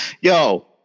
Yo